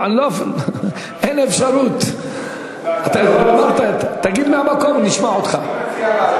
אין אפשרות, תגיד מהמקום, נשמע אותך.